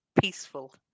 peaceful